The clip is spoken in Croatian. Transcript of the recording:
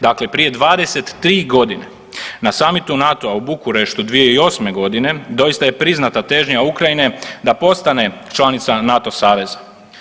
Dakle prije 23 godine na samitu NATO-a u Bukureštu 2008. doista je priznata težnja Ukrajine da postane članica NATO saveza.